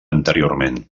anteriorment